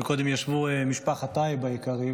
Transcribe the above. קודם ישבה פה משפחת טייב היקרה,